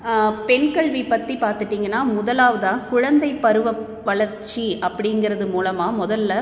பெண்கல்வி பற்றி பார்த்திட்டிங்கனா முதலாவதாக குழந்தைப் பருவ வளர்ச்சி அப்டிங்கிறது மூலமாக முதல்ல